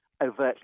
overtly